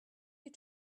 you